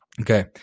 Okay